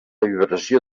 vibració